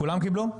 כולם קיבלו?